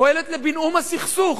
פועלת לבינאום הסכסוך.